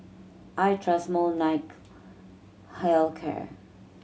I trust Molnylcke Health Care